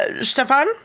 Stefan